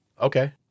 Okay